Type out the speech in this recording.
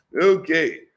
Okay